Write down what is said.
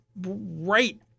right